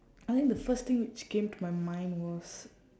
I think the first thing which came to my mind was